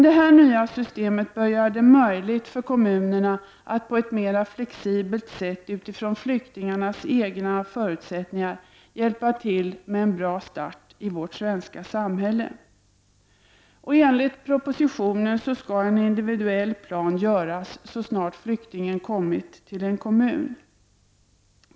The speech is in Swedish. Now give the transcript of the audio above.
Det här nya systemet bör göra det möjligt för kommunerna att på ett mera flexibelt sätt, utifrån flyktingarnas egna förutsättningar, hjälpa dem till en bra start i vårt svenska samhälle. Enligt propositionen skall en individuell plan utarbetas så snart flyktingen kommit till en kommun.